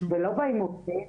ולא באים עובדים,